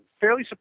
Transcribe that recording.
fairly